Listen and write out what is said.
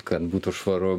kad būtų švaru